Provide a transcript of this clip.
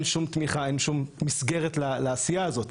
שום תמיכה ואין שום מסגרת לעשייה הזאת.